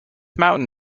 mountain